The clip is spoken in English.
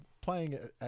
playing